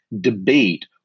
debate